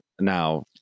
now